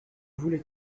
voulait